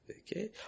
Okay